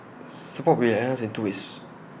support will be enhanced in two ways